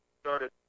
started